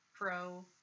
Pro